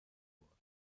worden